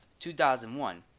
2001